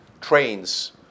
trains